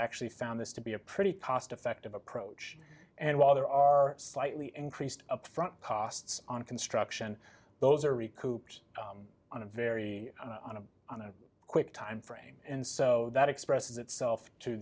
actually found this to be a pretty cost effective approach and while there are slightly increased upfront costs on construction those are recruit on a very on a on a quick time frame and so that expresses itself to